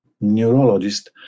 neurologist